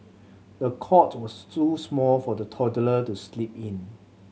the cot was too small for the toddler to sleep in